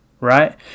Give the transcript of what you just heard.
right